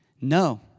No